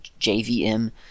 JVM